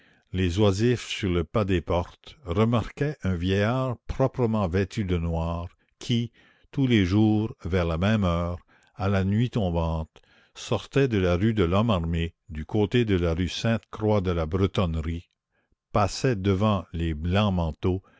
les oisifs sur le pas des portes remarquaient un vieillard proprement vêtu de noir qui tous les jours vers la même heure à la nuit tombante sortait de la rue de lhomme armé du côté de la rue sainte croix de la bretonnerie passait devant les